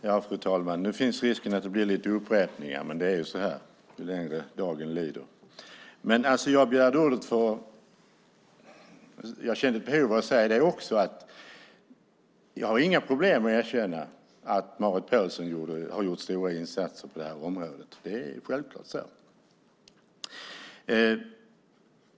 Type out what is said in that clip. Fru talman! Nu finns det risk att det blir lite upprepningar, men det är ju så ju längre dagen lider. Jag har inga problem att erkänna att Marit Paulsen har gjort stora insatser på det här området. Det är självklart så.